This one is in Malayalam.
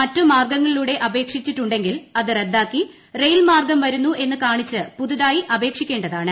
മറ്റു മാർഗങ്ങളിലൂടെ അപേക്ഷിച്ചിട്ടുണ്ടെങ്കിൽ അത് റദ്ദാക്കി റെയിൽമാർഗം വരുന്നു എന്ന് കാണിച്ച് പുതുതായി അപേക്ഷിക്കേണ്ടതാണ്